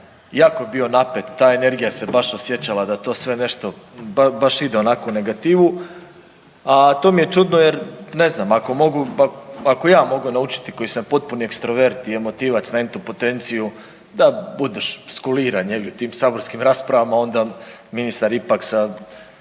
jako je bio napet ta energija se baš osjećala da to sve nešto baš ide onako u negativu, a to mi je čudno jer ne znam jer ako ja mogu naučiti koji su potpuni ekstrovert i emotivac na entu potenciju da budeš skuliran u tim saborskim raspravama onda ministar ipak sa